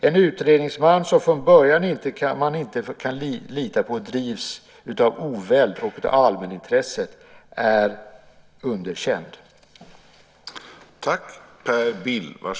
Om man från början inte kan lita på att en utredningsman drivs av oväld och av allmänintresset är denne underkänd.